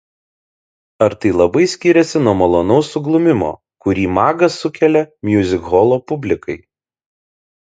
ar tai labai skiriasi nuo malonaus suglumimo kurį magas sukelia miuzikholo publikai